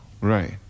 Right